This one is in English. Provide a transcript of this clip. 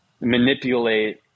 manipulate